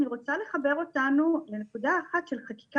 אני רוצה לחבר אותנו לנקודה אחת של חקיקה